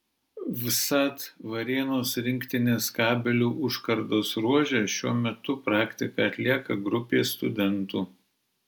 vsat varėnos rinktinės kabelių užkardos ruože šiuo metu praktiką atlieka grupė studentų